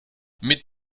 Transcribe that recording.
mit